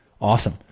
Awesome